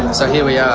so here we are.